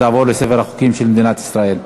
והיא תעבור לספר החוקים של מדינת ישראל.